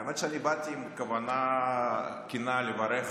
האמת היא שאני באתי בכוונה כנה לברך